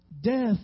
Death